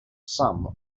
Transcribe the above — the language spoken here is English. some